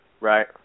Right